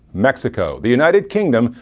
mexico, the united kingdom,